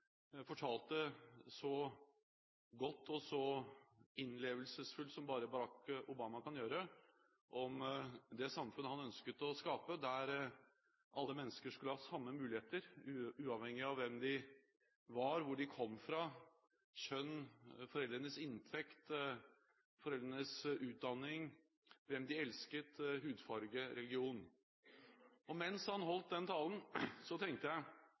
fortalte så godt og så innlevelsesfullt som bare Barack Obama kan gjøre, om det samfunn han ønsket å skape, der alle mennesker skulle ha samme muligheter, uavhengig av hvem de var, hvor de kom fra, kjønn, foreldrenes inntekt, foreldrenes utdanning, hvem de elsket, hudfarge og religion. Mens han holdt den talen, tenkte jeg